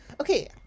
Okay